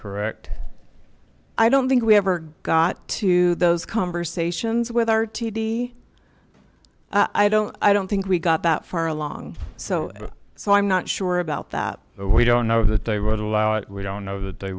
correct i don't think we have or got to those conversations with r t d i don't i don't think we got that far along so so i'm not sure about that we don't know that they would allow it we don't know that they